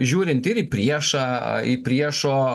žiūrint ir į priešą į priešo